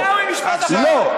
תודה, לא.